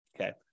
Okay